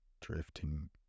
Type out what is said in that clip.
Drifting